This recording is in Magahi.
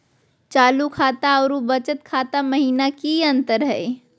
चालू खाता अरू बचत खाता महिना की अंतर हई?